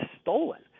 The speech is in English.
stolen